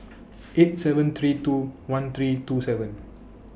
eight seven three two one three two seven